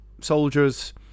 soldiers